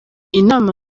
inama